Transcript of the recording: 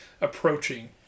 approaching